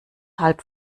halb